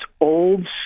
old